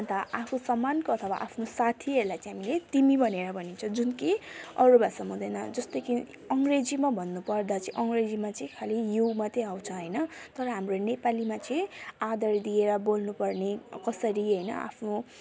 अन्त आफू समान अथवा आफ्नो साथीहरूलाई चाहिँ हामीले तिमी भनेर भनिन्छ जुन कि अरू भाषामा हुँदैन जस्तो कि अङ्ग्रेजीमा भन्नु पर्दा चाहिँ अङ्ग्रेजीमा चाहिँ खालि यु मात्रै आउँछ होइन तर हाम्रो नेपालीमा चाहिँ आदर दिएर बोल्नुपर्ने कसरी होइन आफ्नो